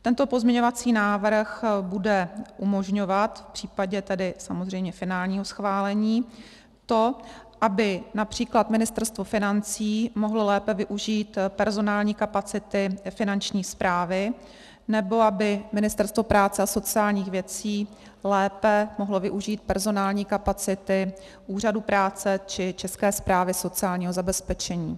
Tento pozměňovací návrh bude umožňovat, samozřejmě v případě finálního schválení, to, aby například Ministerstvo financí mohlo lépe využít personální kapacity Finanční správy nebo aby Ministerstvo práce a sociálních věcí lépe mohlo využít personální kapacity úřadu práce či České správy sociálního zabezpečení.